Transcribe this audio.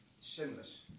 Sinless